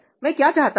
मैं क्या चाहता हूं